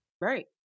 Right